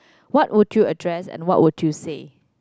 what would you address and what would you say